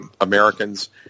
Americans